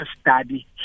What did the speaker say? study